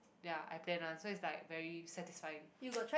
ya I plan one so it's like very satisfying